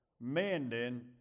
mending